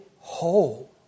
whole